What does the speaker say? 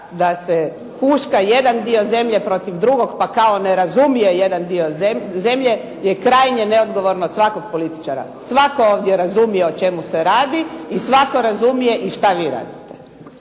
da se huška jedan dio zemlje protiv drugog, pa kao ne razumije jedan dio zemlje, je krajnje neodgovorno od svakog političara. Svatko ovdje razumije o čemu se radi i svatko razumije i šta vi radite.